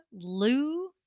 Lou